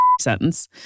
sentence